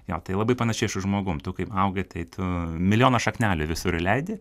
jo tai labai panašiai ir šu žmogum tu kaip augi tai tu milijoną šaknelių visur įleidi